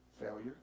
failure